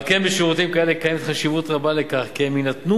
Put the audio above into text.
ועל כן בשירותים כאלה קיימת חשיבות רבה לכך שהם יינתנו